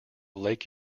lake